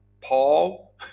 Paul